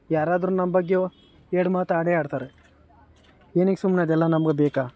ಯಾರಾದರು ನಮ್ಮ ಬಗ್ಗೆ ಒ ಎರಡು ಮಾತು ಆಡೇ ಆಡ್ತಾರೆ ಏನಕ್ಕೆ ಸುಮ್ಮನೆ ಅದೆಲ್ಲ ನಮ್ಗೆ ಬೇಕಾ